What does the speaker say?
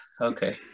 okay